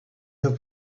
have